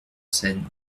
seine